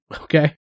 Okay